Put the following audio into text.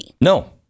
No